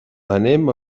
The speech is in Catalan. anem